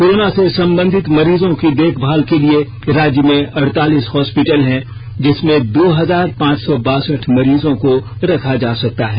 corona से संबंधित मरीजों की देखभाल के लिए राज्य में अड़तालीस हॉस्पिटल है जिसमें दो हजार पांच सौ बासठ मरीजों को रखा जा सकता है